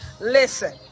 Listen